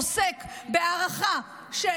עוסק בהארכה של